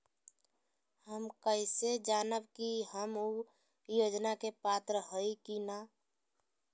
हम कैसे जानब की हम ऊ योजना के पात्र हई की न?